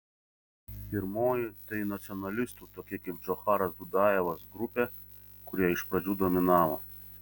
pirmoji tai nacionalistų tokie kaip džocharas dudajevas grupė kurie iš pradžių dominavo